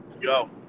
Go